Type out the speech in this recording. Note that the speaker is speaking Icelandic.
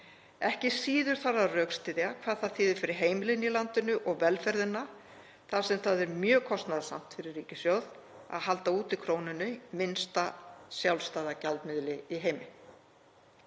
Ekki síður þarf að rökstyðja hvað það þýðir fyrir heimilin í landinu og velferðina þar sem það er mjög kostnaðarsamt fyrir ríkissjóð að halda úti krónunni, minnsta sjálfstæða gjaldmiðli í heimi.